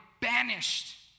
banished